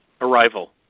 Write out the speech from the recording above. Arrival